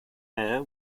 air